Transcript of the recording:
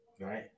right